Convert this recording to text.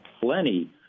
plenty